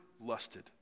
lusted